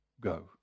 go